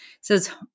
Says